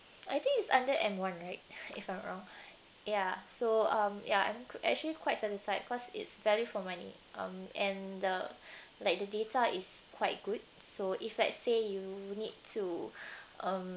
I think it's under m one right if I'm not wrong yeah so um yeah I'm actually quite satisfied cause it's value for money um and the like the data is quite good so if let's say you need to um